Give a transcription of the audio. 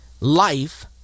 life